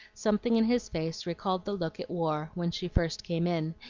something in his face recalled the look it wore when she first came in,